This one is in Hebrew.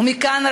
ומכאן,